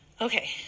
Okay